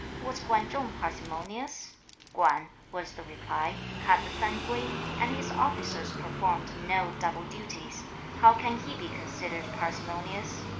was kwan chung parsimonious kwan, was the reply, had the san kwei, and his officers performed no double duties how can he be considered parsimonious